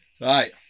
Right